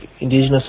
indigenous